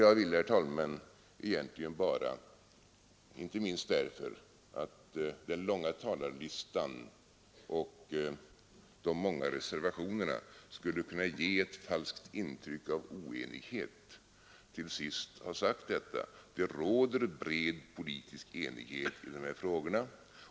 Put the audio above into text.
Jag vill, herr talman, egentligen bara — inte minst därför att den långa talarlistan och de många reservationerna skulle kunna ge ett falskt intryck av oenighet — till sist ha sagt detta: Det råder bred politisk enighet i dessa frågor.